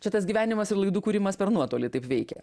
čia tas gyvenimas ir laidų kūrimas per nuotolį taip veikia